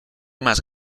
más